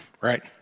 right